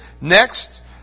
Next